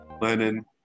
Lenin